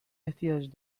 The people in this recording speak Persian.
احتیاج